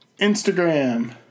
Instagram